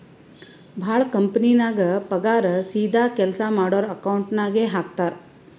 ಭಾಳ ಕಂಪನಿನಾಗ್ ಪಗಾರ್ ಸೀದಾ ಕೆಲ್ಸಾ ಮಾಡೋರ್ ಅಕೌಂಟ್ ನಾಗೆ ಹಾಕ್ತಾರ್